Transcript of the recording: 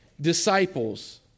disciples